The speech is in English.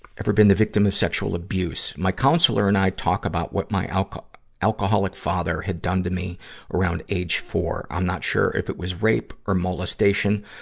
ever been the victim of sexual abused? my counselor and i talk about what my alcoholic alcoholic father had done to me around age four. i'm not sure if it was rape or molestation,